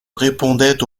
répondaient